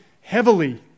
heavily